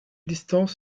distance